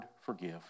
forgive